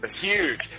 huge